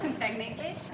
technically